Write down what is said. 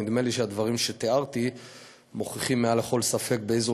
נדמה לי שהדברים שתיארתי מוכיחים מעל לכל ספק באיזו